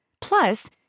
Plus